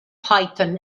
python